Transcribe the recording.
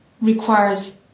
requires